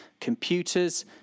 computers